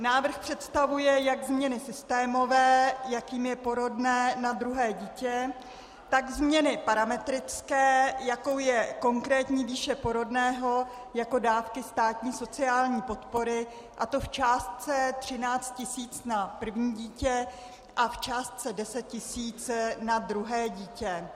Návrh představuje jak změny systémové, jakým je porodné na druhé dítě, tak změny parametrické, jako je konkrétní výše porodného, jako dávky státní sociální podpory, a to v částce 13 tisíc na první dítě a v částce 10 tisíc na druhé dítě.